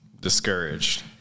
Discouraged